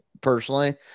personally